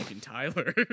Tyler